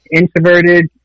introverted